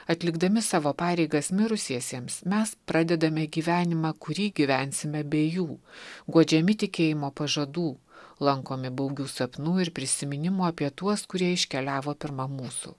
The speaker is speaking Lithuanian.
atlikdami savo pareigas mirusiesiems mes pradedame gyvenimą kurį gyvensime be jų guodžiami tikėjimo pažadų lankomi baugių sapnų ir prisiminimų apie tuos kurie iškeliavo pirma mūsų